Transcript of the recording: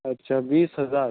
اچھا بیس ہزار